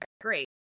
Great